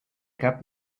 cap